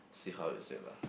see how is it lah